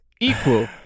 equal